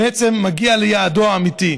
בעצם מגיע ליעדו האמיתי.